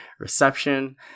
reception